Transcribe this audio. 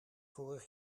vorig